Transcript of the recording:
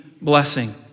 blessing